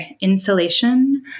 insulation